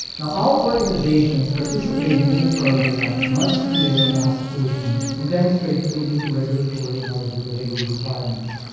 now, all organizations participating in the program must submit an application and demonstrate that they meet the regulatory and eligibility requirements.